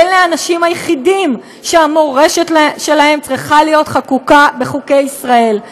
אלה האנשים היחידים שהמורשת שלהם צריכה להיות חקוקה בחוקי ישראל.